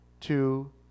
two